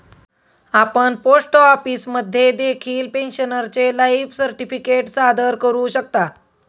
आपण पोस्ट ऑफिसमध्ये देखील पेन्शनरचे लाईफ सर्टिफिकेट सादर करू शकता